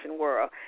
world